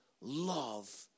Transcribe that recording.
love